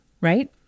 right